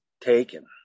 taken